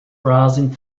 browsing